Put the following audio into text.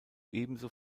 ebenso